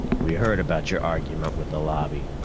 we heard about your argument with the lobby.